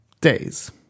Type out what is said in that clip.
days